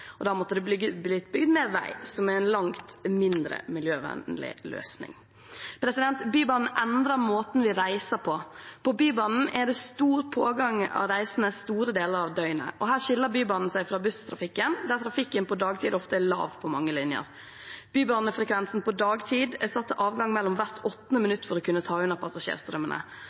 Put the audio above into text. og da måtte det blitt bygd mer vei, som er en langt mindre miljøvennlig løsning. Bybanen endrer måten vi reiser på. På Bybanen er det stor pågang av reisende store deler av døgnet. Her skiller Bybanen seg fra busstrafikken, der trafikken på dagtid ofte er lav på mange linjer. Bybanefrekvensen på dagtid er satt til avgang hvert åttende minutt for å kunne ta unna passasjerstrømmene.